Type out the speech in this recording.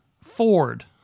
Ford